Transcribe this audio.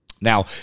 Now